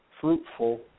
fruitful